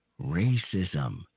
racism